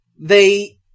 They-